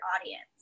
audience